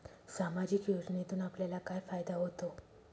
सामाजिक योजनेतून आपल्याला काय फायदा होतो?